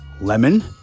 lemon